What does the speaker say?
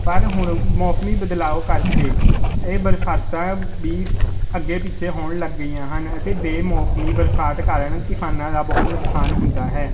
ਪਰ ਹੁਣ ਮੌਸਮੀ ਬਦਲਾਓ ਕਰਕੇ ਇਹ ਬਰਸਾਤਾਂ ਵੀ ਅੱਗੇ ਪਿੱਛੇ ਹੋਣ ਲੱਗ ਗਈਆ ਹਨ ਅਤੇ ਬੇਮੌਸਮੀ ਬਰਸਾਤ ਕਾਰਨ ਕਿਸਾਨਾਂ ਦਾ ਬਹੁਤ ਨੁਕਸਾਨ ਹੁੰਦਾ ਹੈ